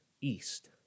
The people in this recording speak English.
East